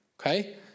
okay